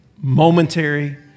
momentary